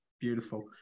Beautiful